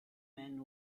man